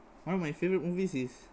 one of my favourite movies is